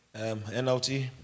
NLT